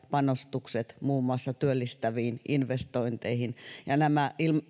panostukset muun muassa työllistäviin investointeihin nämä